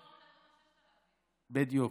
בדיוק.